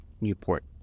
Newport